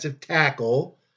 tackle